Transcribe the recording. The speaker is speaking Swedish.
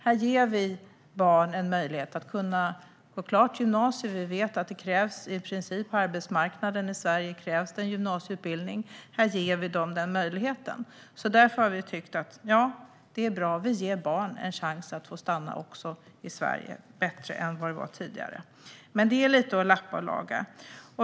Här ger vi barn en möjlighet att gå klart gymnasiet. Vi vet att det på arbetsmarknaden i Sverige i princip krävs en gymnasieutbildning; här ger vi dem den möjligheten. Därför har vi tyckt att detta är bra - vi ger även barn en bättre chans än tidigare att få stanna i Sverige. Men det handlar lite om att lappa och laga.